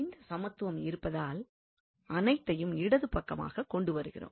இந்த சமத்துவம் இருப்பதால் அனைத்தையும் இடது பக்கமாக கொண்டு வருகிறோம்